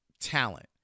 talent